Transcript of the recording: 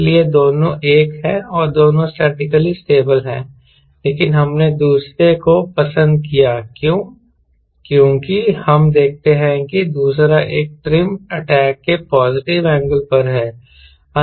इसलिए दोनों एक हैं और दोनों स्टैटिकली स्टेबल हैं लेकिन हमने दूसरे को पसंद किया क्यों क्योंकि हम देखते हैं कि दूसरा एक ट्रिम अटैक के पॉजिटिव एंगल पर है